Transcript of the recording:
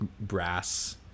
brass